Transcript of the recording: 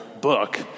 book